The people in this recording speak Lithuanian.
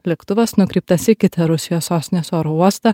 lėktuvas nukreiptas į kitą rusijos sostinės oro uostą